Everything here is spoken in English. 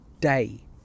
day